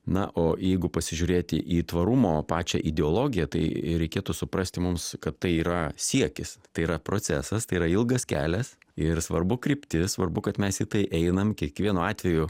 na o jeigu pasižiūrėti į tvarumo pačią ideologiją tai reikėtų suprasti mums kad tai yra siekis tai yra procesas tai yra ilgas kelias ir svarbu kryptis svarbu kad mes į tai einam kiekvienu atveju